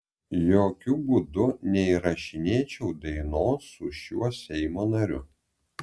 jokiu būdu neįrašinėčiau dainos su šiuo seimo nariu